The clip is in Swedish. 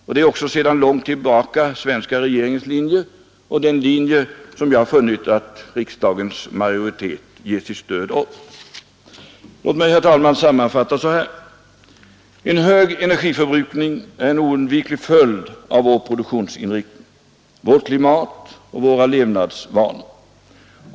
Detta är också sedan lång tid tillbaka svenska regeringens linje och den linje som jag funnit att riksdagens majoritet ger sitt stöd åt. Låt mig, herr talman, sammanfatta så här: En hög energiförbrukning är en oundviklig följd av vår produktionsinriktning, vårt klimat och våra levnadsvanor.